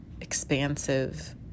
expansive